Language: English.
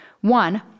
One